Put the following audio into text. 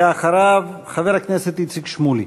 ואחריו, חבר הכנסת איציק שמולי.